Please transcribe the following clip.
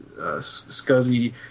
scuzzy